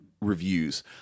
reviews